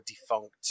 defunct